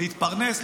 להתפרנס,